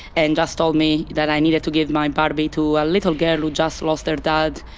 and just told me that i needed to give my barbie to a little girl who just lost her dad.